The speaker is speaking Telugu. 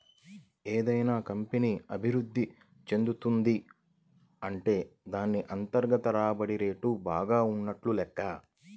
ఏదైనా కంపెనీ అభిరుద్ధి చెందుతున్నది అంటే దాన్ని అంతర్గత రాబడి రేటు బాగా ఉన్నట్లు లెక్క